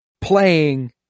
playing